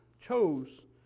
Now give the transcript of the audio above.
chose